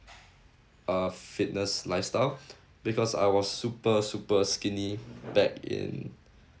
uh fitness lifestyle because I was super super skinny back in